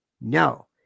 no